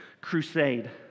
crusade